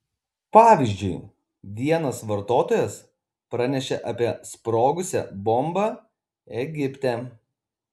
pavyzdžiui vienas vartotojas pranešė apie sprogusią bombą egipte